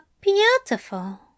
beautiful